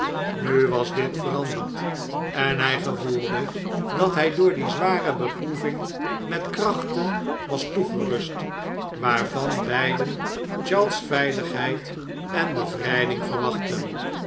nu was dit veranderd en hjj gevoelde dat hij door die zware beproeving met krachten was toegerust waarvan beiden charles veiligheid en bevrijding verwachtten